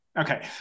Okay